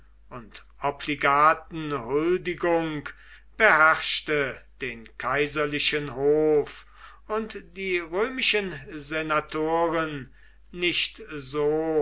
und obligaten huldigung beherrschte den kaiserlichen hof und die römischen senatoren nicht so